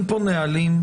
נמצאים